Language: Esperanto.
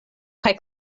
kaj